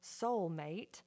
soulmate